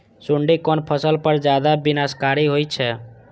सुंडी कोन फसल पर ज्यादा विनाशकारी होई छै?